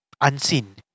unseen